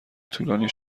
طولانی